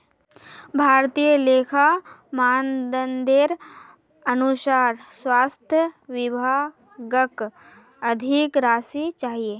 भारतीय लेखा मानदंडेर अनुसार स्वास्थ विभागक अधिक राशि चाहिए